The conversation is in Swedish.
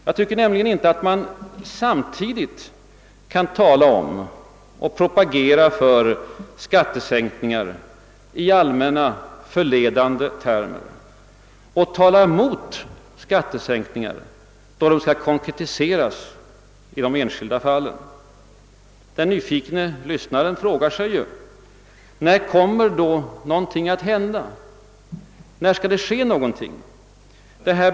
Jag tycker nämligen inte att man kan tala om och propagera för skattesänkningar i allmänna, förledande termer och samtidigt tala mot skattesänkningar då sådana skall konkretiseras i de enskilda fallen. Den nyfikne lyssnaren frågar sig: När kommer någonting att hända?